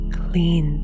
clean